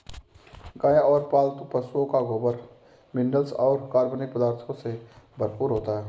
गाय और पालतू पशुओं का गोबर मिनरल्स और कार्बनिक पदार्थों से भरपूर होता है